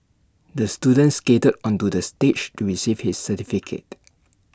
the student skated onto the stage to receive his certificate